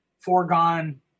foregone